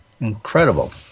Incredible